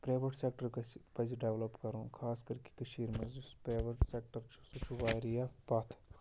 private sector گژھِ پَزِ develop کَرُن خاص کَر کہِ کٔشیٖرِ منٛز یُس پرٛیوَٹ سٮ۪کٹَر چھُ سُہ چھُ واریاہ پَتھ